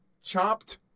Chopped